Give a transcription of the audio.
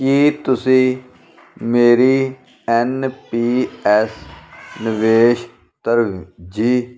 ਕੀ ਤੁਸੀਂ ਮੇਰੀ N P S ਨਿਵੇਸ਼ ਤਰਜੀਹ